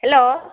hello